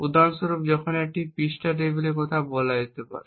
উদাহরণস্বরূপ এটি একটি নির্দিষ্ট পৃষ্ঠা টেবিলের কথা বলা যেতে পারে